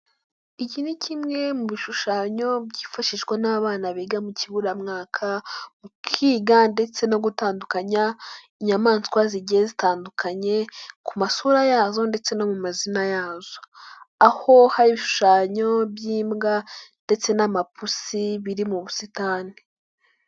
Iki ni kimwe mu bishushanyo byifashishwa n'abana biga mu kiburamwaka, ukiga ndetse no gutandukanya inyamaswa zigiye zitandukanye, ku masura yazo ndetse no mu mazina yazo, aho hari ibishushanyo by'imbwa ndetse n'amapusi, biri mu busitani.